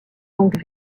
donc